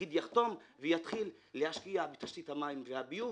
התאגיד יחתום ויתחיל להשקיע בתשתית המים והביוב